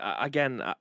again